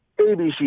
ABC